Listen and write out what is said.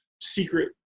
secret